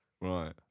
right